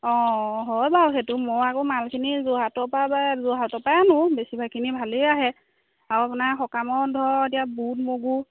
অঁ হয় বাৰু সেইটো মই আকৌ মালখিনি যোৰহাটৰ পৰা বা যোৰহাটৰ পৰাই আনো বেছিভাগখিনি ভালেই আহে আৰু আপোনাৰ সকামৰ ধৰক এতিয়া বুট মগু